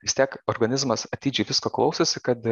vis tiek organizmas atidžiai visko klausosi kad